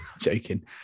Joking